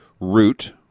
Root